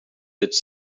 its